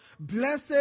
Blessed